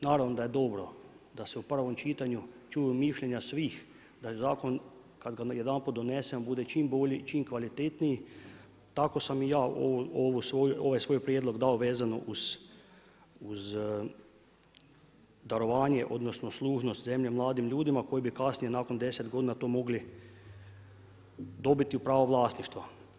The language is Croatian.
Naravno da je dobro da se u prvom čitanju čuju mišljenja svih, da je zakon kad ga jedanput donese, bude čim bolji, čim kvalitetniji, tako sam i ja ovaj svoj prijedlog dao vezano uz darovanje odnosno služnost zemlje mladim ljudima koje bi kasnije nakon 10 godina to mogli dobiti u pravo vlasništva.